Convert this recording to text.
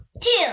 Two